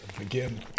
Again